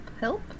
help